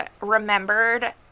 remembered